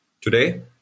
Today